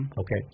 Okay